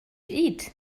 eat